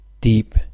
Deep